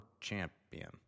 champion